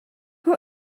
who